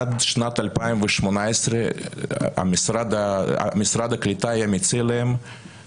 עד שנת 2018 משרד הקליטה היה מציע להם